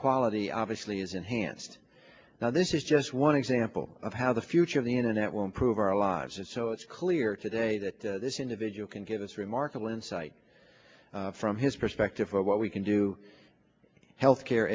quality obviously is enhanced now this is just one example of how the future of the internet will improve our lives and so it's clear today that this individual can give us remarkable insight from his perspective what we can do healthcare